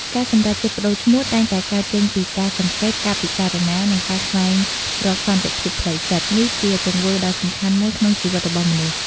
ការសម្រេចចិត្តប្ដូរឈ្មោះតែងតែកើតចេញពីការសង្កេត ការពិចារណា និងការស្វែងរកសន្តិភាពផ្លូវចិត្ត។ នេះជាទង្វើដ៏សំខាន់មួយក្នុងជីវិតរបស់មនុស្ស។